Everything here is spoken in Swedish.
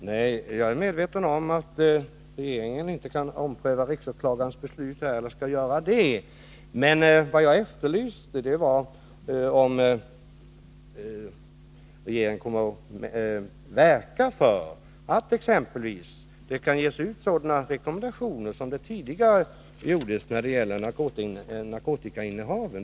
Herr talman! Nej, jag är medveten om att regeringen inte kan eller bör ompröva riksåklagarens beslut. Vad jag efterlyste var besked om regeringen kommer att verka för att det exempelvis ges ut sådana rekommendationer som tidigare fanns när det gäller narkotikainnehav.